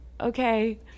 okay